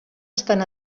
estan